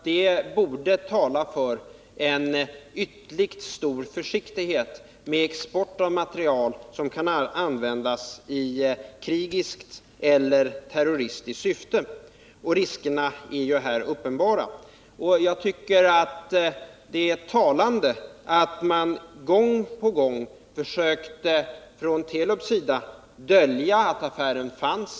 Det borde tala för en ytterligt stor försiktighet med export av materiel som kan användas i krigiskt eller terroristiskt syfte — riskerna är här uppenbara. Jag tycker det är talande att man från Telubs sida gång på gång försökte dölja att affären fanns.